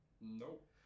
Nope